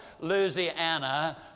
Louisiana